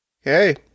Hey